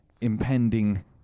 impending